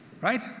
Right